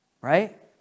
right